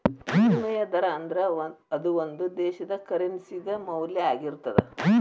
ವಿನಿಮಯ ದರಾ ಅಂದ್ರ ಅದು ಒಂದು ದೇಶದ್ದ ಕರೆನ್ಸಿ ದ ಮೌಲ್ಯ ಆಗಿರ್ತದ